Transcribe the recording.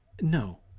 No